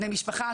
בני משפחה,